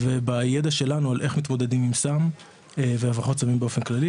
ובידע שלנו על איך מתמודדים עם סם והברחות סמים באופן כללי,